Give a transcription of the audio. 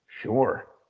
Sure